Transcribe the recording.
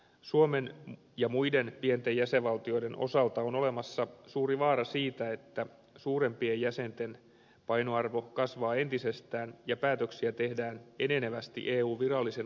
suomen ja muiden pienten jäsenvaltioiden osalta on olemassa suuri vaara siitä että suurempien jäsenten painoarvo kasvaa entisestään ja päätöksiä tehdään enenevästi eun virallisen organisaation ulkopuolella